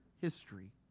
history